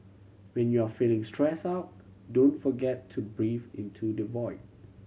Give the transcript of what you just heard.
when you are feeling stress out don't forget to breathe into the void